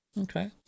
okay